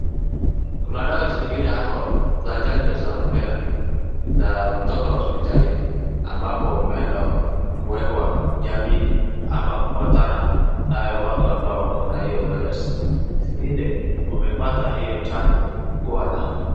Kuna dawa zingine hapo za chanjo za Rubela za kutoka hospitalini ambapo imeenda kuwekwa jamii ama kupatana nayo watu ambao wako na hiyo uelezi. Zingine zimepata wamepata hiyo chanjo kuwa na.